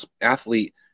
athlete